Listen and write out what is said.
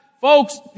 Folks